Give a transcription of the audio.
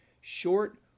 short